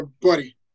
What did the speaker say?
buddy